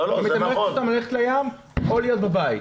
היא מתמרצת אותם ללכת לים או להיות בבית.